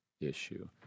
issue